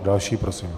Další prosím.